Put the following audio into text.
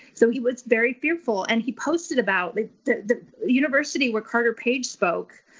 so he was very fearful. and he posted about the the university where carter page spoke,